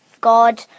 God